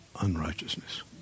unrighteousness